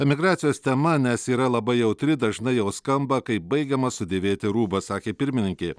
emigracijos tema nes yra labai jautri dažnai jau skamba kaip baigiamas sudėvėti rūbas sakė pirmininkė